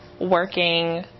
working